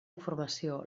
informació